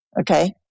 Okay